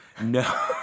No